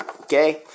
okay